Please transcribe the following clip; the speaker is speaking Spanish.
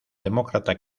demócrata